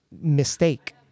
mistake